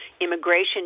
immigration